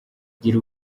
gira